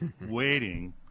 waiting